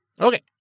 okay